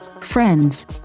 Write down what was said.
Friends